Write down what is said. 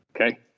Okay